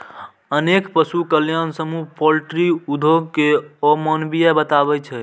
अनेक पशु कल्याण समूह पॉल्ट्री उद्योग कें अमानवीय बताबै छै